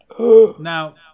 Now